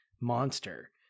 monster